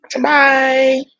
bye